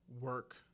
work